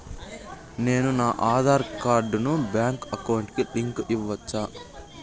నేను నా ఆధార్ కార్డును బ్యాంకు అకౌంట్ కి లింకు ఇవ్వొచ్చా?